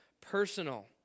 personal